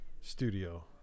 Studio